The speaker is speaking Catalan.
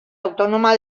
autònoma